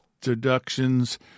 deductions